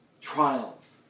Trials